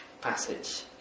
passage